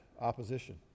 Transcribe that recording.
opposition